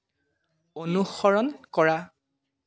অনুসৰণ কৰা